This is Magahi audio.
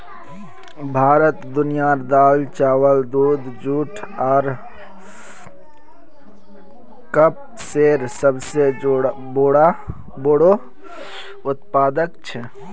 भारत दुनियार दाल, चावल, दूध, जुट आर कपसेर सबसे बोड़ो उत्पादक छे